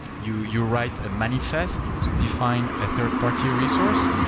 you you write a manifest to define a third party resource.